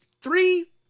three